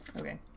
Okay